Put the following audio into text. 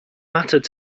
mattered